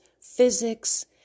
physics